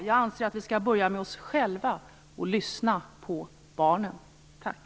Jag anser att vi skall börja med oss själva och lyssna på barnen. Tack!